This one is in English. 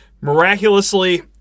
miraculously